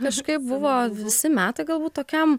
kažkaip buvo visi metai galbūt tokiam